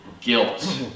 guilt